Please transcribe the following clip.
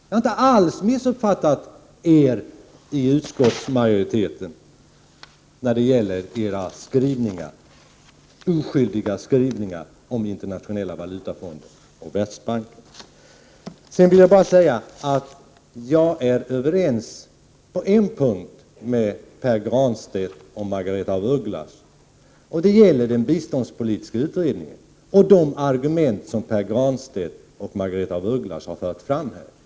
Jag har inte alls missuppfattat er i utskottsmajoriteten när det gäller era oskyldiga skrivningar om Internationella valutafonden och Världsbanken. Sedan vill jag bara säga att jag är överens på en punkt med Pär Granstedt och Margaretha af Ugglas, och det gäller den biståndspolitiska utredningen och de argument som de båda har fört fram.